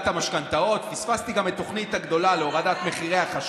המשפטי של משרד האוצר ולא טרחתם להכניס אותה להחלטת הממשלה?